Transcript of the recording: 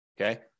okay